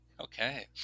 Okay